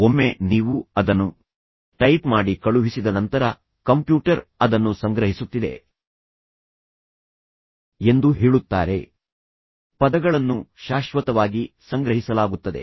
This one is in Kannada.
ಒಮ್ಮೆ ನೀವು ಅದನ್ನು ಟೈಪ್ ಮಾಡಿ ಕಳುಹಿಸಿದ ನಂತರ ಕಂಪ್ಯೂಟರ್ ಅದನ್ನು ಸಂಗ್ರಹಿಸುತ್ತಿದೆ ಎಂದು ಹೇಳುತ್ತಾರೆ ಪದಗಳನ್ನು ಶಾಶ್ವತವಾಗಿ ಸಂಗ್ರಹಿಸಲಾಗುತ್ತದೆ